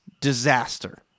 disaster